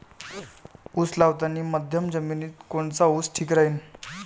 उस लावतानी मध्यम जमिनीत कोनचा ऊस ठीक राहीन?